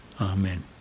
Amen